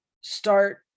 start